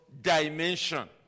dimension